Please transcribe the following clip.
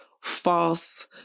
false